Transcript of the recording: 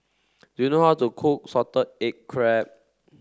do you know how to cook salted egg crab